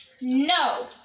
No